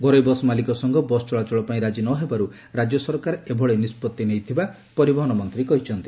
ଘରୋଇ ବସ୍ ମାଲିକ ସଂଘ ବସ୍ ଚଳାଚଳ ପାଇଁ ରାଜି ନ ହେବାରୁ ରାଜ୍ୟ ସରକାର ଏଭଳି ନିଷ୍ବଉି ନେଇଥିବା ସେ କହିଛନ୍ତି